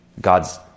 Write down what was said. God's